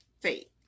faith